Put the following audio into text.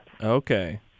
Okay